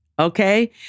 Okay